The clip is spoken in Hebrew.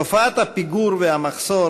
תופעת הפיגור והמחסור